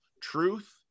truth